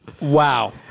Wow